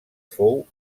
fou